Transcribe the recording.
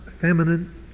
feminine